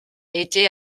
été